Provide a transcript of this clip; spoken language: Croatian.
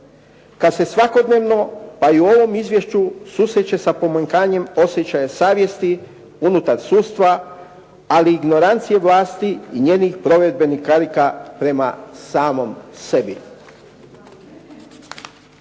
kada se svakodnevno pa i u ovom izvješću susreće sa pomanjkanjem osjećaja savjesti unutar sudstva, ali i ignorancije vlasti i njenih provedbenih karika prema samom sebi.